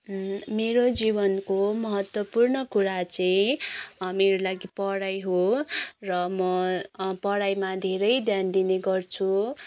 मेरो जीवनको महत्त्वपूर्ण कुरा चाहिँ मेरो लागि पढाइ हो र म पढाइमा धेरै ध्यान दिने गर्छु